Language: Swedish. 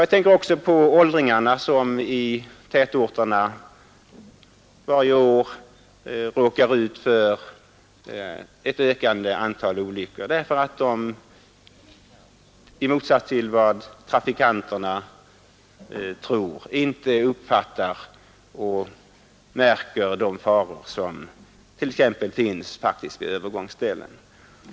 Jag tänker också på åldringarna som i tätorterna varje år råkar ut för ett ökande antal olyckor därför att de i motsats till vad bilisterna tror inte uppfattar och märker de faror som faktiskt finns, t.ex. vid övergångsställen.